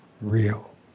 real